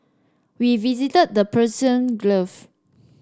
we visited the Persian